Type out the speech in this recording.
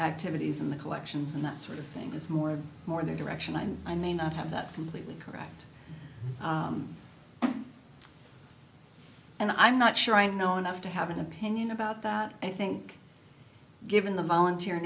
activities and the collections and that sort of thing is more and more their direction and i may not have that completely correct and i'm not sure i know enough to have an opinion about that i think given the volunteer